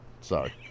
Sorry